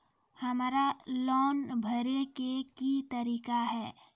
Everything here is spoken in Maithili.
हमरा लोन भरे के की तरीका है?